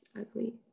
ugly